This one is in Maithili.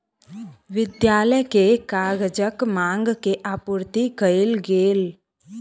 विद्यालय के कागजक मांग के आपूर्ति कयल गेल